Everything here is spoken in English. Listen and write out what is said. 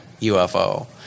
UFO